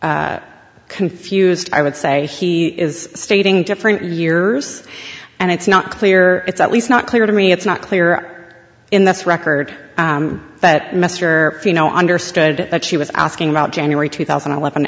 it confused i would say he is stating different years and it's not clear it's at least not clear to me it's not clear in this record that mr pheno understood what she was asking about january two thousand and eleven